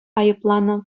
айӑпланӑ